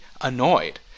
annoyed